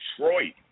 Detroit